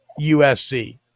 USC